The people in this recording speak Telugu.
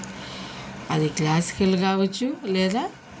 అది క్లాసికల్ కావచ్చు లేదా